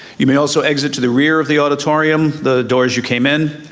you may also exit to the rear of the auditorium, the doors you came in.